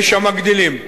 יש המגדילים ואומרים: